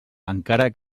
encara